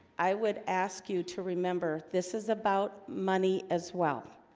i would ask you to remember this is about money as well